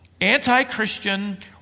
anti-Christian